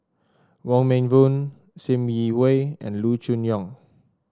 Wong Meng Voon Sim Yi Hui and Loo Choon Yong